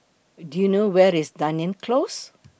Do YOU know Where IS Dunearn Close